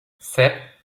sep